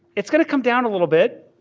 it's going to come down a little bit.